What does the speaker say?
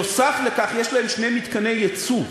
נוסף על כך יש להם שני מתקני ייצוא LNG,